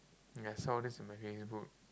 I saw this on my Facebook